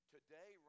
Today